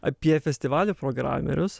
apie festivalio programerius